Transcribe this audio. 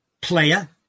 player